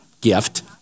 gift